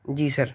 جی سر